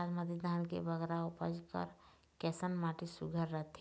बासमती धान के बगरा उपज बर कैसन माटी सुघ्घर रथे?